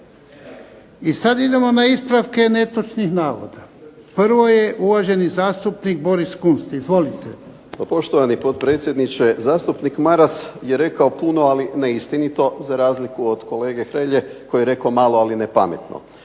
I sad idemo na ispravke netočnih navoda, prvo je uvaženi zastupnik Boris Kunst. Izvolite. **Kunst, Boris (HDZ)** Pa poštovani potpredsjedniče, zastupnik Maras je rekao puno, ali neistinito za razliku od kolege Hrelje koji je rekao malo ali ne pametno.